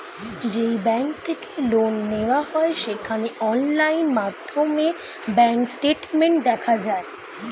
যেই ব্যাঙ্ক থেকে লোন নেওয়া হয় সেখানে অনলাইন মাধ্যমে ব্যাঙ্ক স্টেটমেন্ট দেখা যায়